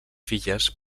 filles